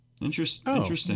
Interesting